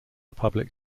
public